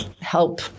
help